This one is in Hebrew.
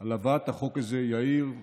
על הבאת החוק הזה, יאיר ומאיר,